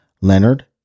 Leonard